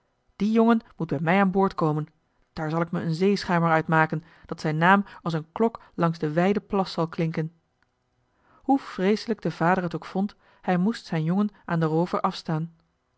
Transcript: die jongen moet bij mij aan boord komen daar zal ik me een zeeschuimer uit maken dat zijn naam als een klok langs den wijden plas zal klinken hoe vreeselijk de vader het ook vond hij moest zijn jongen aan den roover afstaan